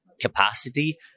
capacity